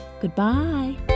Goodbye